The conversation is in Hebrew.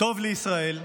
טוב לישראל.